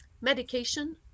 medication